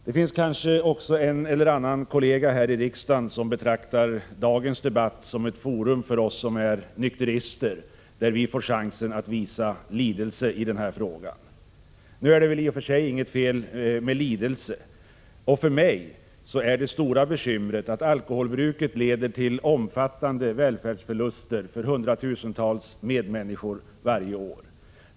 Det finns kanske också en eller annan kollega här i riksdagen som betraktar dagens debatt som ett forum för oss som är nykterister, där vi får chansen att visa lidelse i den här frågan. Nu är det väl i och för sig inget fel med lidelse, och för mig är det stora bekymret att alkoholbruket leder till omfattande välfärdsförluster för hundratusentals medmänniskor varje år.